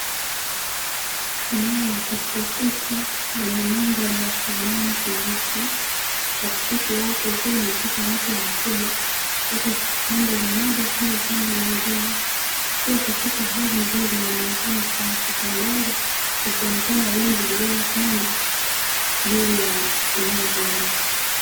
Eneo la kitropiki lenye mandhari ya kijani kibichi, katikati yake ukiwa unapita mto mkubwa kutoka upande mmoja kwenda upande mwingine, ukiwa katika hali nzuri na muonekano safi, kwa mbali likionekana wingu lililotanda juu ya eneo hilo.